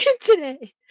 today